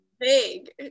vague